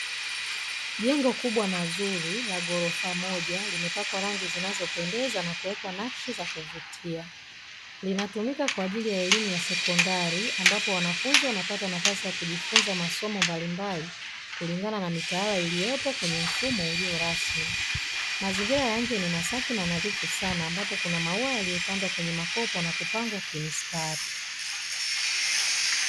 Jengo kubwa na zuri la ghorofa moja, limepakwa rangi zinazopendeza na kuwekwa nakshi za kuvutia. Linatumika kwa ajili ya elimu ya sekondari, ambapo wanafunzi wanapata nafasi ya kujifunza masomo mbalimbali kulingana na mitaala iliyopo kwenye mfumo ulio rasmi. Mazingira ya nje ni masafi na nadhifu sana, ambapo kuna maua yaliyopandwa kwenye makopo na kupangwa kimistari.